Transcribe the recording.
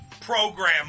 program